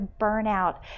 burnout